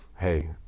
Hey